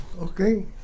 Okay